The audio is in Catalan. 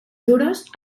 duros